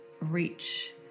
reach